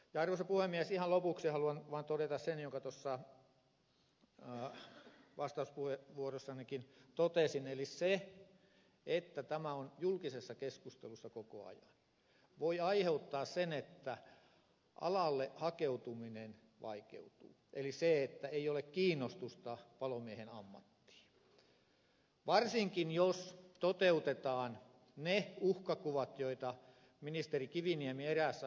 ihan lopuksi haluan vaan todeta sen minkä tuossa vastauspuheenvuorossanikin totesin eli se että tämä on julkisessa keskustelussa koko ajan voi aiheuttaa sen että alalle hakeutuminen vaikeutuu että ei ole kiinnostusta palomiehen ammattiin varsinkin jos toteutetaan ne uhkakuvat joita ministeri kiviniemi eräässä haastattelussaan esitti